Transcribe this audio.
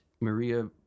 Maria